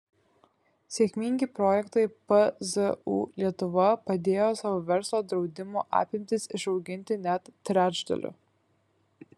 sėkmingi projektai pzu lietuva padėjo savo verslo draudimo apimtis išauginti net trečdaliu